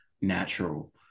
natural